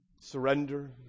surrender